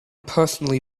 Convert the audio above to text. personally